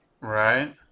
right